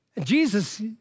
Jesus